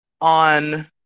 on